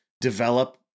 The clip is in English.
develop